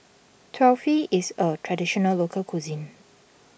Kulfi is a Traditional Local Cuisine